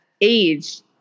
age